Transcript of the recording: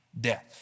death